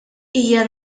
hija